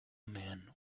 man